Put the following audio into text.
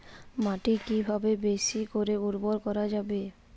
মাটি কিভাবে বেশী করে উর্বর করা যাবে?